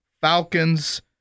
Falcons